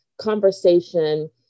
conversation